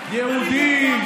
מדינה שבה יהודים,